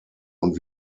und